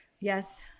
yes